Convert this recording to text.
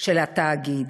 של התאגיד.